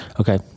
Okay